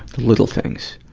little things.